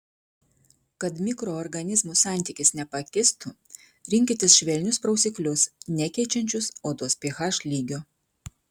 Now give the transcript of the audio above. kad mikroorganizmų santykis nepakistų rinkitės švelnius prausiklius nekeičiančius odos ph lygio